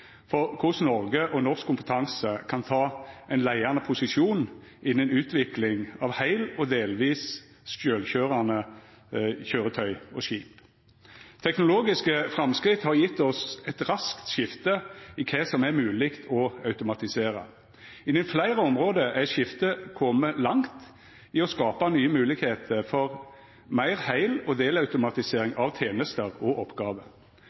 for korleis Noreg og norsk kompetanse kan ta ein leiande posisjon innan utvikling av heilt og delvis sjølvkøyrande køyretøy og skip. Teknologiske framskritt har gjeve oss eit raskt skifte i kva som er mogleg å automatisera. Innan fleire område er skiftet kome langt i å skapa nye moglegheiter for meir heil- og delautomatisering av tenester og oppgåver.